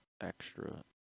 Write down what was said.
extra